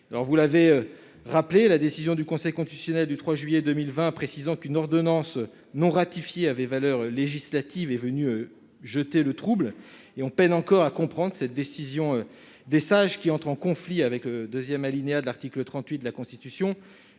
vous l'avez rappelé la décision du Conseil constitutionnel du 3 juillet 2020, précisant qu'une ordonnance non ratifiée avait valeur législative est venu jeter le trouble et on peine encore à comprendre cette décision des sages qui entre en conflit avec le 2ème alinéa de l'article 38 de la Constitution,